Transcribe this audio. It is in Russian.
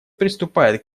приступает